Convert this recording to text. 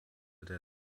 der